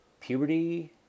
puberty